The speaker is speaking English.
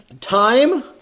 time